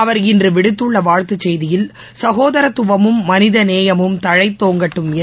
அவர் இன்று விடுத்துள்ள வாழ்த்து செய்தியில் சகோதரத்துவமும் மனித நேயமும் தழைத்தோங்கட்டும் என்று கூறியுள்ளார்